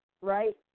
right